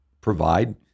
provide